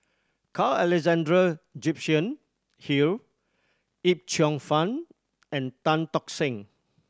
Carl Alexander Gibson Hill Yip Cheong Fun and Tan Tock Seng